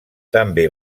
també